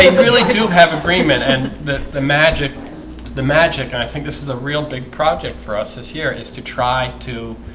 ah really do have agreement and the the magic the magic and i think this is a real big project for us this year is to try to